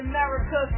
America